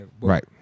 Right